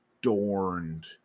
adorned